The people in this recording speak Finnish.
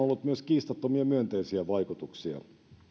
ollut myös kiistattomia myönteisiä vaikutuksia